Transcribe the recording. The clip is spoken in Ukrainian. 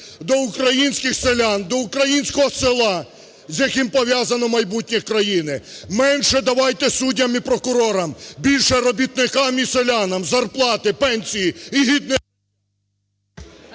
до українських селян, до українського села, з яким пов'язано майбутнє країни. Менше давайте суддям і прокурорам, більше робітникам і селянам зарплати, пенсії і гідне